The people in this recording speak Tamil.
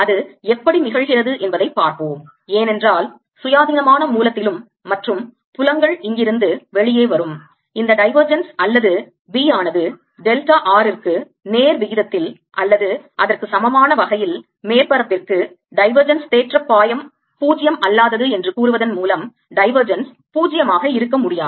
அது எப்படி நிகழ்கிறது என்பதைப் பார்ப்போம் ஏனென்றால் சுயாதீன மான மூலத்திலும் மற்றும் புலங்கள் இங்கிருந்து வெளியே வரும் இந்த divergence அல்லது B ஆனது டெல்டா r ற்கு நேர் விகிதத்தில் அல்லது அதற்கு சமமான வகையில் மேற்பரப்பிற்கு divergence தேற்றப் பாயம் பூஜ்ஜியம் அல்லாதது என்று கூறுவதன் மூலம் divergence 0 ஆக இருக்க முடியாது